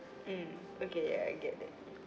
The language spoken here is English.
mm okay ya I get that